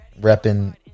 repping